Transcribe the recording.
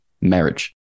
marriage